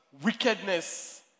wickedness